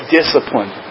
discipline